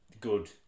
good